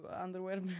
underwear